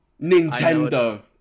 Nintendo